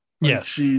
Yes